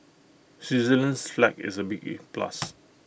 Switzerland's flag is A big plus